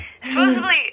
supposedly